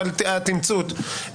אבל התמצות,